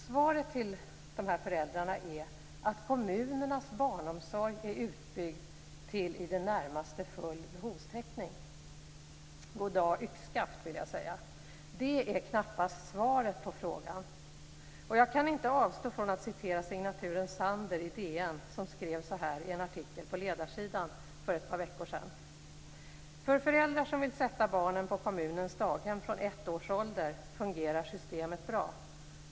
Svaret till dessa föräldrar är att kommunernas barnomsorg är utbyggd till i det närmaste full behovstäckning. Goddag yxskaft, vill jag säga. Det är knappast svaret på frågan. Jag kan inte avstå från att citera signaturen Sander i DN som skrev så här i en artikel på ledarsidan för ett par veckor sedan: "För föräldrar som vill sätta barnen på kommunens daghem från ett års ålder fungerar systemet bra.